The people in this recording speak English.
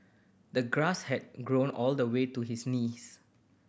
the grass had grown all the way to his knees